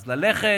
אז ללכת,